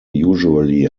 usually